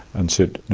and said, now,